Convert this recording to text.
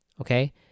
Okay